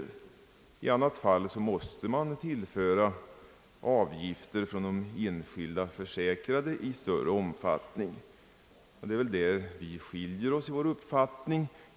I annat fall måste man tillföra avgifter från de enskilda försäkrade i större omfattning. Det är där vi skiljer oss i vår uppfattning.